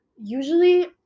Usually